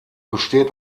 besteht